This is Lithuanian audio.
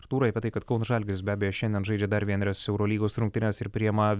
artūrai tai kad kauno žalgiris be abejo šiandien žaidžia dar vienerias eurolygos rungtynes ir priima